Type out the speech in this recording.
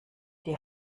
die